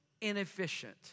inefficient